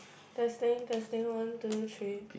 testing testing one two three